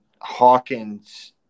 Hawkins